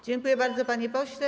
Dziękuję bardzo, panie pośle.